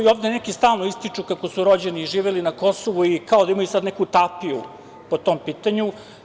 Ovde neki stalno ističu kako su rođeni i živeli na Kosovu i kao da imaju neku tapiju po tom pitanju.